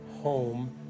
home